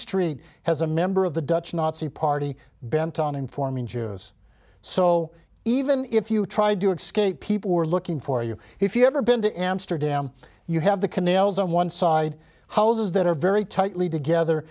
street has a member of the dutch nazi party bent on informing jews so even if you tried to excuse it people were looking for you if you've ever been to amsterdam you have the canals on one side houses that are very tightly together